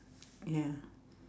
ya